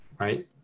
right